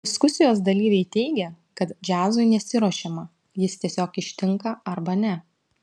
diskusijos dalyviai teigė kad džiazui nesiruošiama jis tiesiog ištinka arba ne